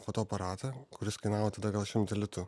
fotoaparatą kuris kainavo tada gal šimtą litų